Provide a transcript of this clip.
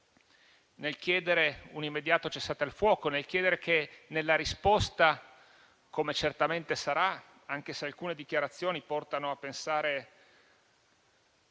nel chiedere un immediato cessate il fuoco; nel chiedere che nella risposta - come certamente sarà, anche se alcune dichiarazioni portano a pensare